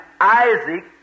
Isaac